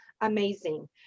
amazing